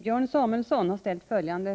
Herr talman!